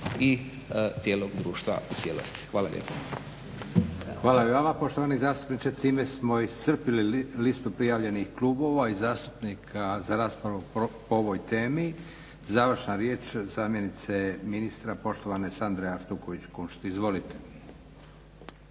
i cijelog društva u cijelosti. Hvala lijepo. **Leko, Josip (SDP)** Hvala i vama poštovani zastupniče. Tim smo iscrpili listu prijavljenih klubova i zastupnika za raspravu po ovoj temi. Završna riječ zamjenice ministra poštovane Sandre Artuković Kunšt. Izvolite.